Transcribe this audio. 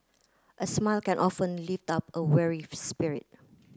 a smile can often lift up a weary spirit